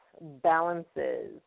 balances